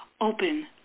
open